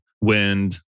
wind